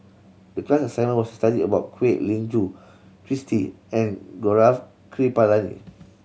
the class assignment was to study about Kwek Leng Joo Twisstii and Gaurav Kripalani